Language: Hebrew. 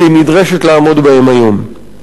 שהיא נדרשת לעמוד בהם היום.